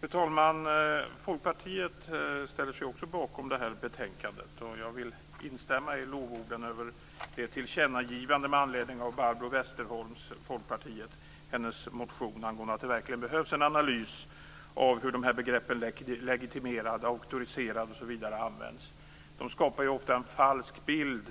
Fru talman! Folkpartiet ställer sig också bakom det här betänkandet. Jag vill instämma i lovorden över tillkännagivandet med anledning av Barbro Westerholms motion angående att det verkligen behövs en analys av hur begreppen legitimerad, auktoriserad osv. används. Det skapar ju ofta en falsk bild